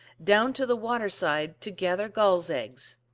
down to the water-side to gather gulls eggs.